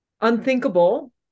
unthinkable